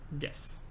yes